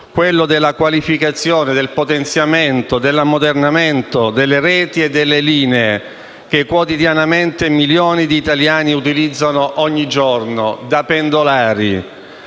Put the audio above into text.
quello della qualificazione, del potenziamento e dell'ammodernamento delle reti e delle linee che quotidianamente milioni di italiani utilizzano da pendolari,